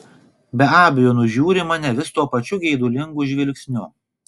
be abejo nužiūri mane vis tuo pačiu geidulingu žvilgsniu